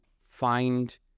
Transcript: find